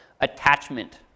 attachment